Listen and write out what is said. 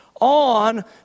on